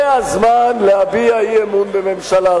זה הזמן להביע אי-אמון בממשלה.